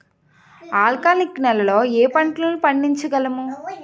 ఆల్కాలిక్ నెలలో ఏ పంటలు పండించగలము?